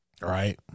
right